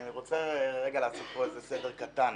אני רוצה לעשות כאן סדר קטן.